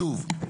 שוב,